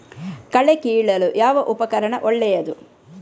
ಕಳೆ ಕೀಳಲು ಯಾವ ಉಪಕರಣ ಒಳ್ಳೆಯದು?